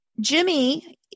jimmy